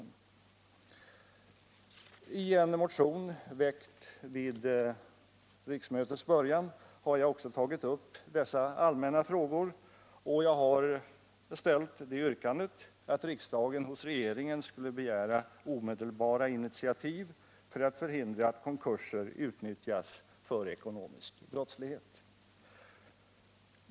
I en motion som väcktes vid riksmötets början har jag också tagit upp dessa allmänna frågor, och jag har framställt yrkandet att riksdagen hos regeringen skulle begära omedelbara initiativ för att förhindra att konkurser utnyttjas för ekonomisk brottslighet.